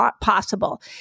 possible